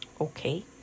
Okay